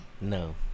No